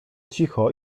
cicho